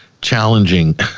challenging